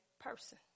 person